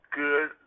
good